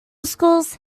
schools